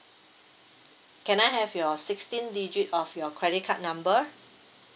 can I have your sixteen digit of your credit card number